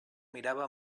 mirava